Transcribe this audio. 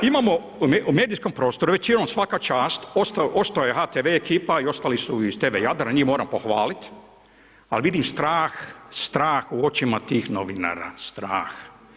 Imamo u medijskom prostoru, većinom svaka čast, ostao je HTV i ekipa i ostali su oz Tv Jadran, njih moram pohvalit, ali vidim strah u očima tih novinara, strah.